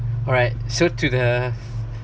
alright so to the